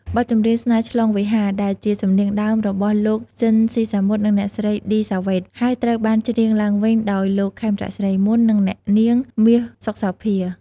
បទចម្រៀង ស្នេហ៍ឆ្លងវេហា ដែលជាសំនៀងដើមរបស់លោក ស៊ីន ស៊ីសាមុត និងអ្នកស្រី ឌី សាវ៉េត ហើយត្រូវបានច្រៀងឡើងវិញដោយលោក ខេមរៈ សិរីមន្ត និងអ្នកនាង មាស សុខសោភា។